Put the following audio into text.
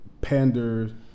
pander